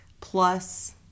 plus